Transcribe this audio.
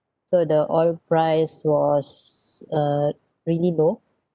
so the oil price was uh really low